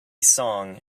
song